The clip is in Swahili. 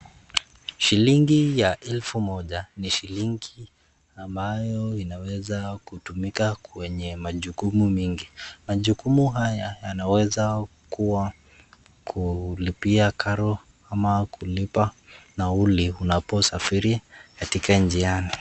Shilingi ya elfu moja ni shilingi ambayo inaweza kutumika kwenye majukumu mingi. Majukumu haya yanaweza kuwa kulipia karo ama kulipa nauli unaposafiri katika njiani.